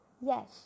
yes